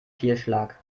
fehlschlag